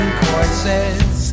courses